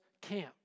camp